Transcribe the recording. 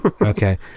Okay